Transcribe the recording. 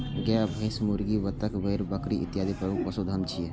गाय, भैंस, मुर्गी, बत्तख, भेड़, बकरी इत्यादि प्रमुख पशुधन छियै